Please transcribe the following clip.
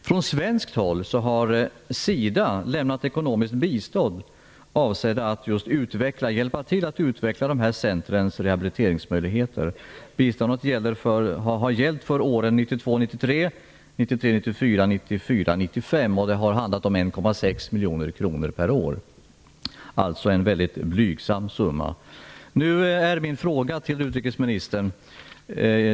Från svenskt håll har SIDA lämnat ekonomiskt bistånd avsett att hjälpa till att utveckla dessa centrums rehabiliteringsmöjligheter. Biståndet har bedrivits åren 1992 94 och 1994/95 och har kostat 1,6 miljoner kronor per år, alltså en mycket blygsam summa. Jag vill ställa en fråga till utrikesministern.